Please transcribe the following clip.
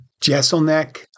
Jesselneck